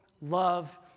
love